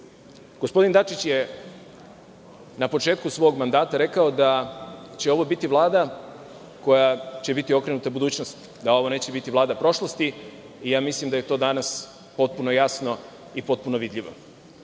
Srbije. Gospodin Dačić je na početku svog mandata rekao da će ovo biti Vlada koja će biti okrenuta budućnosti, da ovo neće biti Vlada prošlosti. Mislim da je to danas potpuno jasno i potpuno vidljivo. Onaj